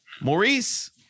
Maurice